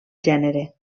gènere